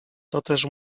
toteż